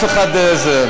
ואתה כן.